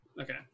Okay